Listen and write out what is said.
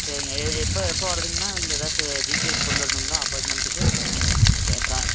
சரிங்க எப்போ எப்போ வரதுங்க அண்ணா இங்கே ஏதாச்சு டீட்டெயில்ஸ் கொண்டு வரணும்ங்களா அப்பாயின்மெண்ட்டுக்கு கேட்டா